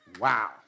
Wow